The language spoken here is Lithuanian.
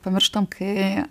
pamirštam kai